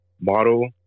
model